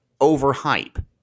overhype